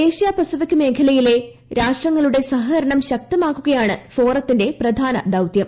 Asia Pacific മേഖലയിലെ രാഷ്ട്രങ്ങളുടെ സഹകരണം ശക്തമാക്കുകയാണ് ഫോറത്തിന്റെ പ്രധാന ദൌത്യം